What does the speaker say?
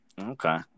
Okay